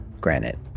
Granite